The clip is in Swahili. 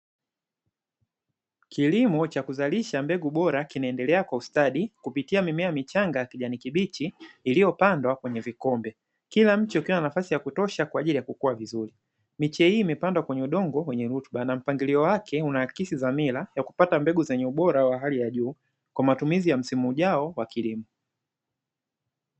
Kilimo cha kuzalisha mbegu bora kinaendelea kwa ustadi kupitia mimea michanga kijani kibichi iliyopandwa kwenye vikombe. Kila mtu akiwa nafasi ya kutosha kwa ajili ya kukua vizuri, miche hii imepandwa kwenye udongo wenye rutuba na mpangilio wake una akisi dhamira ya kupata mbegu zenye ubora wa hali ya juu, kwa matumizi ya msimu. ujao wa kilimo.